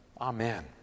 Amen